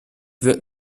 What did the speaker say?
wird